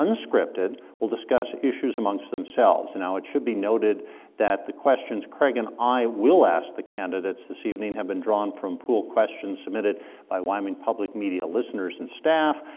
unscripted, will discuss issues amongst themselves. now, it should be noted that the questions craig and i will ask the candidates this evening have been drawn from pool questions submitted by wyoming public media listeners and staff,